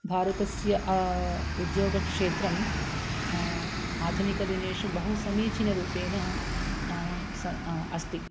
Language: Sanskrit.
भारतस्य उद्योगक्षेत्रम् आधुनिकदिनेषु बहु समीचीनरूपेण स् अस्ति